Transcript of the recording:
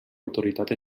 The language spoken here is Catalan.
autoritat